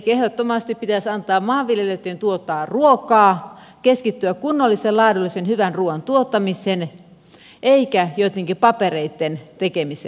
ehdottomasti pitäisi antaa maanviljelijöitten tuottaa ruokaa keskittyä kunnollisen laadullisen hyvän ruoan tuottamiseen eikä joittenkin papereitten tekemiseen